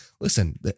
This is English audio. listen